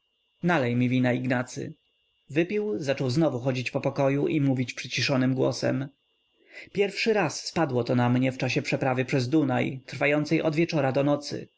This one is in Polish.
mi wina ignacy wypił zaczął znowu chodzić po pokoju i mówić przyciszonym głosem pierwszy raz spadło to na mnie w czasie przeprawy przez dunaj trwającej od wieczora do nocy